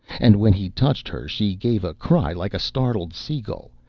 and when he touched her, she gave a cry like a startled sea-gull,